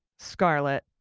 scarlet.